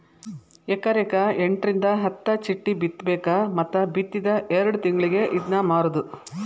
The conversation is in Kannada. ಎಕರೆಕ ಎಂಟರಿಂದ ಹತ್ತ ಚಿಟ್ಟಿ ಬಿತ್ತಬೇಕ ಮತ್ತ ಬಿತ್ತಿದ ಎರ್ಡ್ ತಿಂಗಳಿಗೆ ಇದ್ನಾ ಮಾರುದು